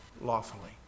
lawfully